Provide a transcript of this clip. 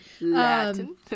Latin